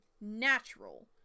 natural